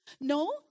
No